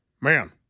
Man